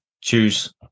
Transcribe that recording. choose